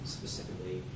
specifically